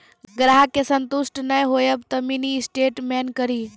ग्राहक के संतुष्ट ने होयब ते मिनि स्टेटमेन कारी?